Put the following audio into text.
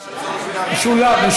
משולב.